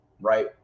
right